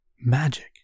magic